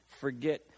forget